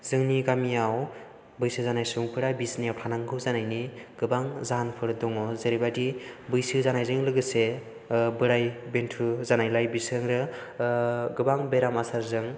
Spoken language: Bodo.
जोंनि गामियाव बैसो जानाय सुबुंफोरा बिसनायाव थानांगौ जानायनि गोबां जाहोनफोर दङ जेरैबादि बैसो जानायजों लोगोसे बोराय बेन्थ' जानायलाय बिसोरो गोबां बेराम आजारजों